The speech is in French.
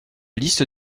liste